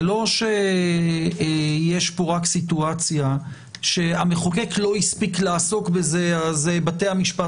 זה לא שיש פה רק סיטואציה שבה המחוקק לא הספיק לעסוק בזה ובתי המשפט